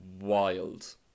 wild